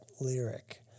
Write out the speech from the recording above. lyric